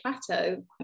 Plateau